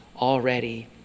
already